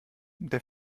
der